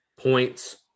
points